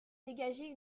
dégageait